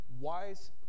wise